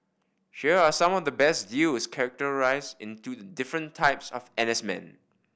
here are some of the best deals categorised into the different types of N S men